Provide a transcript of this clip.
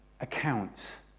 accounts